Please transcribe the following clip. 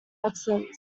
excellence